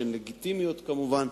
שהן לגיטימיות כמובן.